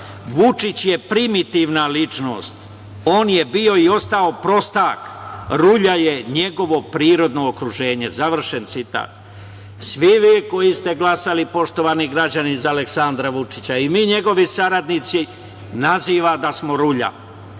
„Vučić je primitivna ličnost, on je bio i ostao prostak, rulja je njegovo prirodno okruženje.“, završen citat. Svi vi koji ste glasali poštovani građani za Aleksandra Vučića i mi njegovi saradnici naziva da smo rulja.